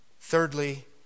Thirdly